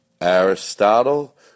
Aristotle